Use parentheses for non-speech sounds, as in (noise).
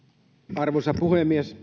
arvoisa puhemies (unintelligible)